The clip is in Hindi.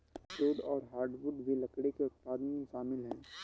सोफ़्टवुड और हार्डवुड भी लकड़ी के उत्पादन में शामिल है